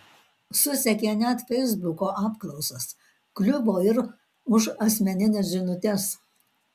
susekė net feisbuko apklausas kliuvo ir už asmenines žinutes